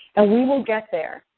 ah we will get there,